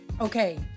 okay